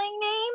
name